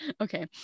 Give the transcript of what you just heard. Okay